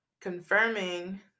confirming